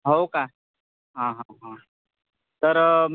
हो का हां हां हां तर